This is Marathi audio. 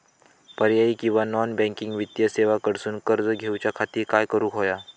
पर्यायी किंवा नॉन बँकिंग वित्तीय सेवा कडसून कर्ज घेऊच्या खाती काय करुक होया?